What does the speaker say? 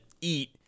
eat